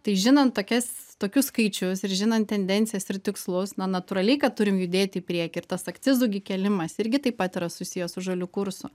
tai žinant tokias tokius skaičius ir žinant tendencijas ir tikslus na natūraliai kad turim judėt į priekį ir tas akcizų gi kėlimas irgi taip pat yra susijęs su žaliu kursu